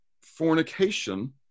fornication